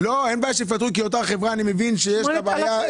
אין בעיה שיפטרו כי אני מבין שבאותה חברה יש בה בעיה.